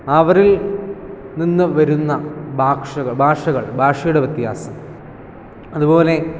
അവരിൽ നിന്ന് വരുന്ന ഭാഷകൾ ഭാഷകൾ ഭാഷയുടെ വ്യത്യാസം അതുപോലെ